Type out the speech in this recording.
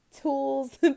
tools